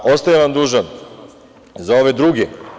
Ostajem vam dužan za ove druge.